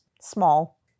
small